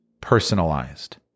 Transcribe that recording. personalized